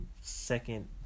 second